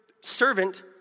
servant